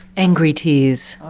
angry tears.